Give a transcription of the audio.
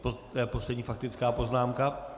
To je poslední faktická poznámka.